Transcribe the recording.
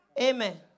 Amen